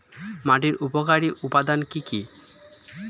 মাটির উপকারী উপাদান কি কি?